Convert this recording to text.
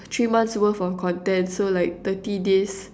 three months worth of content so like thirty days